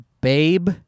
babe